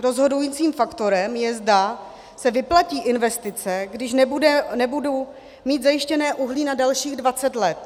Rozhodujícím faktorem je, zda se vyplatí investice, když nebudu mít zajištěné uhlí na dalších dvacet let.